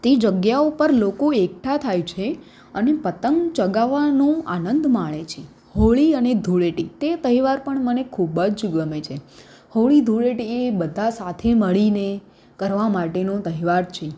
તે જગ્યા ઉપર લોકો એકઠાં થાય છે અને પતંગ ચગાવવાનું આનંદ માણે છે હોળી અને ધૂળેટી તે તહેવાર પણ મને ખૂબ જ ગમે છે હોળી ધૂળેટી એ બધા સાથે મળીને કરવા માટેનો તહેવાર છે